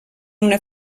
una